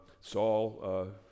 Saul